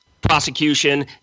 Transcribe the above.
prosecution